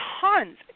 tons